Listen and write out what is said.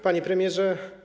Panie Premierze!